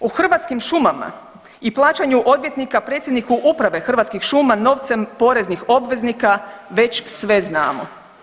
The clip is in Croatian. U Hrvatskim šumama i plaćaju odvjetnika predsjedniku Uprave Hrvatskih šuma novcem poreznih obveznika već sve znamo.